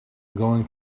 going